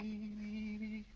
you